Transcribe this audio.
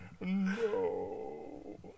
No